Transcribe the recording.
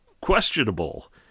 questionable